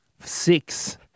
six